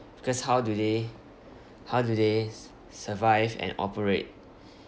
because how do they how do they survive and operate